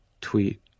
tweet